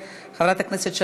חבר הכנסת איימן עודה,